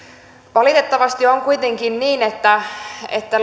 valitettavasti on kuitenkin niin että että